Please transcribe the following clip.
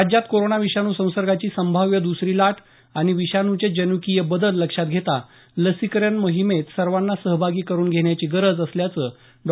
राज्यात कोरोना विषाणू संसर्गाची संभाव्य दसरी लाट आणि विषाणूचे जनकीय बदल लक्षात घेता लस्तीकरण मोहिमेत सर्वाना सहभागी करून घेण्याची गरज असल्याचं डॉ